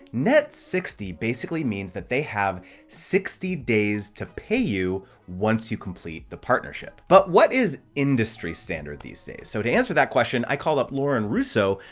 net sixty basically means that they have sixty days to pay you once you complete the partnership. but what is industry standard these days so to answer that question, i call up lauren russo,